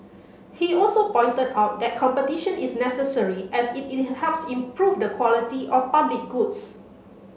he also pointed out that competition is necessary as it it helps improve the quality of public goods